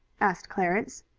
asked clarence.